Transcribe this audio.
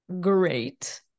great